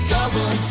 Double